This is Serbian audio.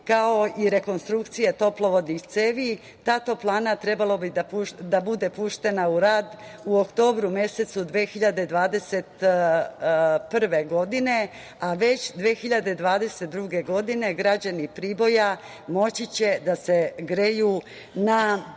kao i rekonstrukcija toplovodnih cevi. Ta toplana trebalo bi da bude puštena u rad u oktobru mesecu 2021. godine, a već 2022. godine građani Priboja moći će da se greju na